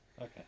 Okay